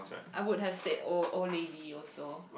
I would have said old old lady also